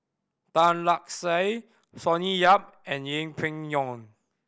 Tan Lark Sye Sonny Yap and Yeng Pway Ngon